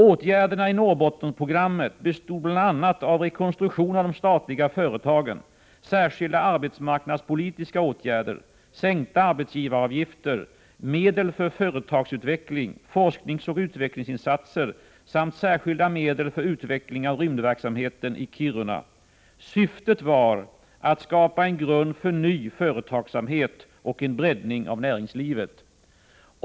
Åtgärderna i Norrbottensprogrammet bestod bl.a. av rekonstruktion av de statliga företagen, särskilda arbetsmarknadspolitiska åtgärder, sänkta arbetsgivaravgifter, medel för företagsutveckling, forskningsoch utvecklingsinsatser samt särskilda medel för utveckling av rymdverksamheten i Kiruna. Syftet var att skapa en grund för ny företagsamhet och en breddning av näringslivet.